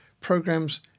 programs